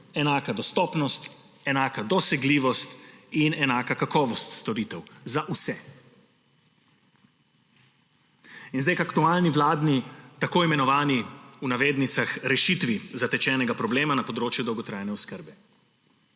enaka dostopnost, enaka dosegljivost in enaka kakovost storitev – za vse. In zdaj k aktualni vladni tako imenovani rešitvi zatečenega problema na področju dolgotrajne oskrbe.